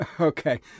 Okay